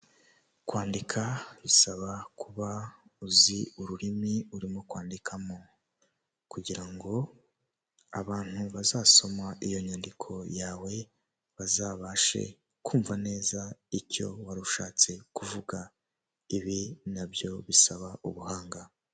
Ihahiro ririmo ibicuruzwa byinshi bitandukanye, hakubiyemo ibyoku kurya urugero nka biswi, amasambusa, amandazi harimo kandi n'ibyo kunywa nka ji, yahurute n'amata.